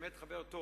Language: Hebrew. באמת חבר טוב,